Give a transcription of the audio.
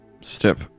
step